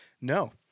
No